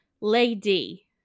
lady